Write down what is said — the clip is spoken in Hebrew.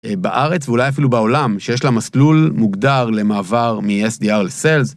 בארץ ואולי אפילו בעולם, שיש לה מסלול מוגדר למעבר מ-SDR לסלס,